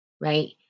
right